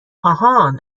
آهان